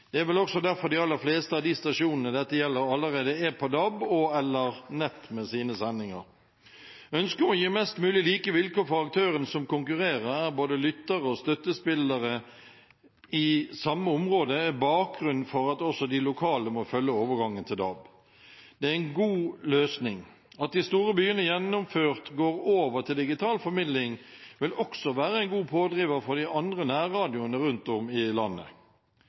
Det er vel også derfor de aller fleste av de stasjonene dette gjelder, allerede er på DAB og/eller nett med sine sendinger. Ønsket om å gi mest mulig like vilkår for aktørene som konkurrerer om både lyttere og støttespillere i samme område, er bakgrunnen for at også de lokale må følge overgangen til DAB. Det er en god løsning. At de store byene gjennomført går over til digital formidling, vil også være en god pådriver for de andre nærradioene rundt om i landet.